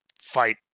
fight